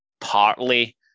Partly